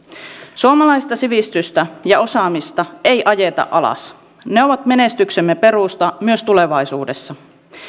suomalaista sivistystä ja osaamista ei ajeta alas ne ovat menestyksemme perusta myös tulevaisuudessa